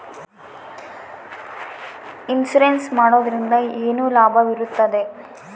Insurance ಮಾಡೋದ್ರಿಂದ ಏನು ಲಾಭವಿರುತ್ತದೆ?